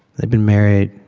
they've been married